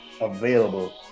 available